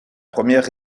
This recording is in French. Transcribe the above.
première